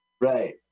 Right